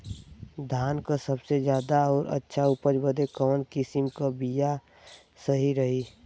धान क सबसे ज्यादा और अच्छा उपज बदे कवन किसीम क बिया सही रही?